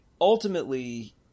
Ultimately